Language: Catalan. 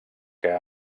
que